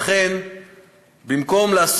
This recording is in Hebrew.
אני רוצה להזכיר לכולם שהייתה לערביי יהודה